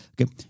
okay